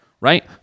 right